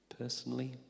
personally